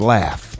Laugh